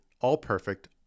all-perfect